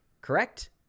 Correct